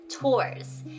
tours